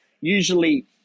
usually